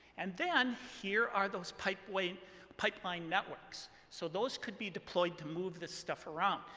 and then here are those pipeline pipeline networks. so those could be deployed to move this stuff around.